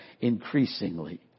increasingly